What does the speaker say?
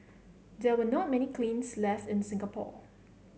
there are not many kilns left in Singapore